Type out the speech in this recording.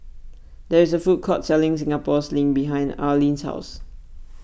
there is a food court selling Singapore Sling behind Arlene's house